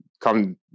come